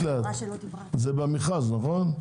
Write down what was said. זה במכרז, נכון?